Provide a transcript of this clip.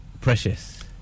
precious